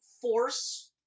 force